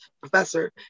professor